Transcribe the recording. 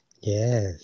Yes